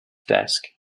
desk